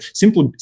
simply